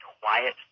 quiet